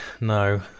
No